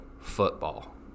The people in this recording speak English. football